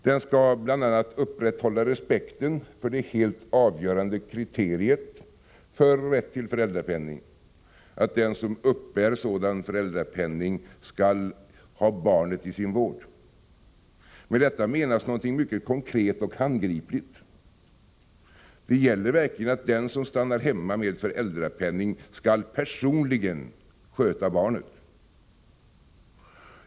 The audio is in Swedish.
Den skall bl.a. upprätthålla respekten för det helt avgörande kriteriet för rätten till föräldrapenning, att den som uppbär sådan föräldrapenning skall ha barnet i sin vård. Med detta menas något mycket konkret och handgripligt. Det gäller verkligen att den som stannar hemma med föräldrapenning skall sköta barnet personligen.